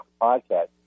Podcast